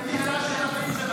זה הבוס שלך,